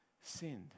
sinned